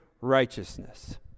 righteousness